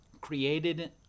created